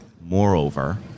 Moreover